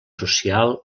social